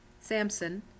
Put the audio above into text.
Samson